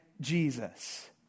Jesus